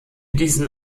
diesen